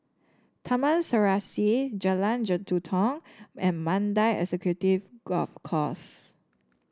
Taman Serasi Jalan Jelutong and Mandai Executive Golf Course